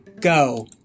go